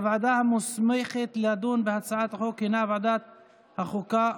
הוועדה המוסמכת לדון בהצעת החוק הינה ועדת החוקה,